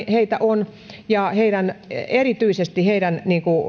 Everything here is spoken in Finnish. heitä on ja erityisesti heidän